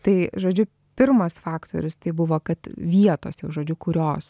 tai žodžiu pirmas faktorius tai buvo kad vietos jau žodžiu kurios